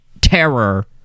terror